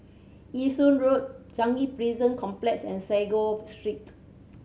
Yishun Ring Road Changi Prison Complex and Sago Street